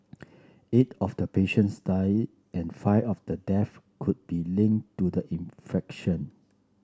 eight of the patients died and five of the deaths could be linked to the infection